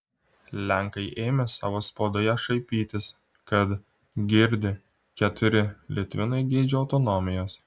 lenkai ėmė savo spaudoje šaipytis kad girdi keturi litvinai geidžia autonomijos